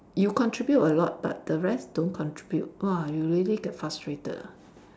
you contribute a lot but the rest don't contribute !wah! you really get frustrated ah